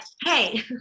hey